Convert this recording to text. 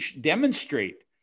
demonstrate